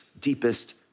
deepest